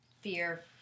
Fear